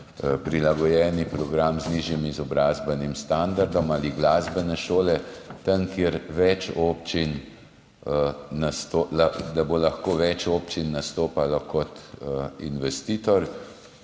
prilagojeni program z nižjim izobrazbenim standardom, ali glasbene šole tam, kjer bo lahko več občin nastopalo kot investitor.